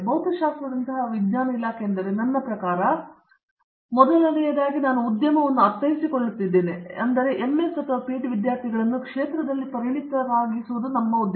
ಭೌತಶಾಸ್ತ್ರದಂತಹ ವಿಜ್ಞಾನ ಇಲಾಖೆಯೆಂದರೆ ನನ್ನ ಪ್ರಕಾರ ಒಂದು ಅರ್ಥವೆಂದರೆ ಮೊದಲನೆಯದಾಗಿ ನಾನು ಉದ್ಯಮವನ್ನು ಅರ್ಥೈಸಿಕೊಳ್ಳುತ್ತಿದ್ದೇನೆ ಎಂದರೆ MS ಮತ್ತು PhD ವಿದ್ಯಾರ್ಥಿಗಳನ್ನು ಕ್ಷೇತ್ರಗಳಲ್ಲಿ ಪರಿಣತರಾಗಿರುವವರು ಎಂದು ನಿಮಗೆ ತಿಳಿದಿದೆ